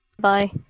Bye